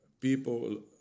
people